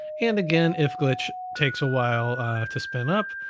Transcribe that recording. and again, if glitch takes a while to spin up,